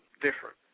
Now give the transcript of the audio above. different